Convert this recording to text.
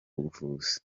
buvuzi